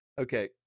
Okay